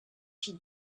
she